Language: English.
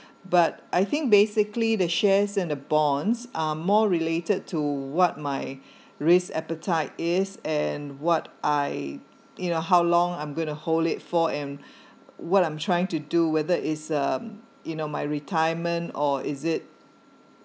but I think basically the shares and the bonds are more related to what my risk appetite is and what I in uh how long I'm gonna to hold it for um what I'm trying to do whether is um you know my retirement or is it